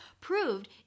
proved